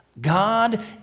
God